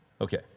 Okay